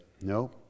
no